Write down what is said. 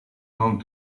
long